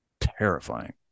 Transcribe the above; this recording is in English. terrifying